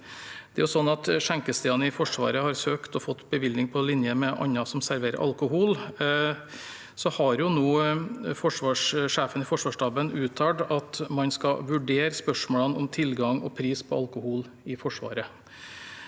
Skjenkestedene i Forsvaret har søkt og fått bevilling på linje med andre som serverer alkohol. Så har nå sjefen i Forsvarsstaben uttalt at man skal vurdere spørsmålene om tilgang og pris på alkohol i Forsvaret.